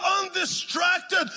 undistracted